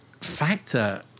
factor